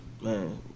Man